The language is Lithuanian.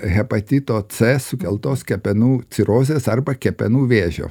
hepatito c sukeltos kepenų cirozės arba kepenų vėžio